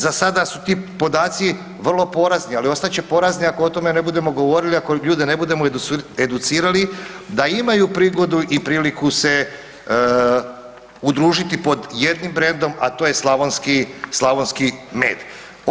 Za sada su ti podaci vrlo porazni, ali ostat će porazni ako o tome ne budemo govorili, ako ljude ne budemo educirali da imaju prigodu i priliku se udružiti pod jednim brendom, a to je slavonski „slavonski med“